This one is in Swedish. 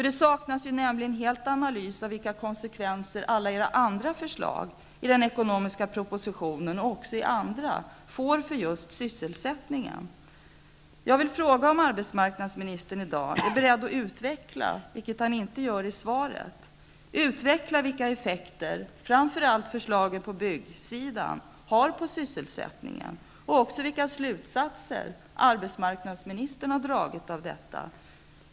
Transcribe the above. Det saknas nämligen helt en analys av vilka konsekvenser alla era andra förslag i propositionen om ekonomin och även i andra propositioner får för just sysselsättningen. Är arbetsmarknadsministern i dag beredd att utveckla, vilket han inte gör i svaret, vilka effekter som framför allt förslagen inom byggsektorn har på sysselsättningen och även vilka slutsatser arbetsmarknadsministern har dragit av detta?